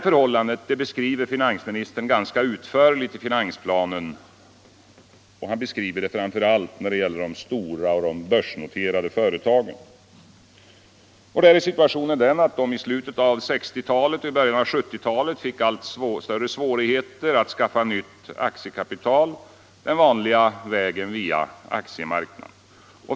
Finansministern beskriver detta förhållande ganska utförligt i finansplanen, framför allt beträffande de stora börsnoterade företagen. Där är situationen den, att de i slutet av 1960-talet och början av 1970-talet fick allt större svårigheter att skaffa nytt aktiekapital den vanliga vägen genom aktiemarknaden.